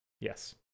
Yes